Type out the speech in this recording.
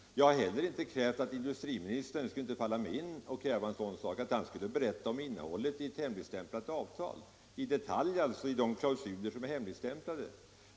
Jag har heller inte krävt — det skulle inte falla mig in att kräva en sådan sak — att industriministern i detalj skulle berätta om innehållet i ett hemligstämplat avtal, dvs. i de klausuler som är hemligstämplade.